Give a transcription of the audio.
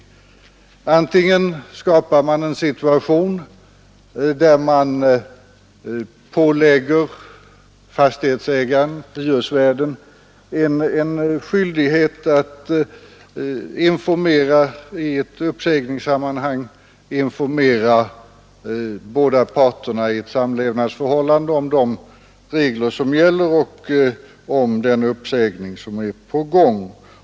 Man skapar en situation där man ålägger fastighetsägaren-hyresvärden en skyldighet att i ett uppsägningssammanhang informera båda parterna i ett samlevnadsförhållande om de regler som gäller och om den uppsägning som är på gång.